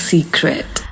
Secret